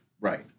Right